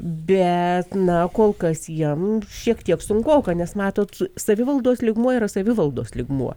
bet na kol kas jam šiek tiek sunkoka nes matot savivaldos lygmuo yra savivaldos lygmuo